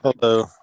Hello